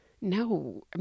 No